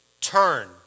turn